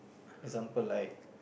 example like